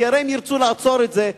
כי אם הם ירצו לעצור את זה,